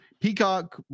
Peacock